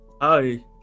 Hi